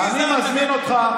אני מזמין אותך,